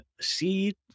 seed